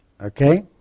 Okay